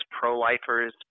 pro-lifers